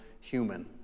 human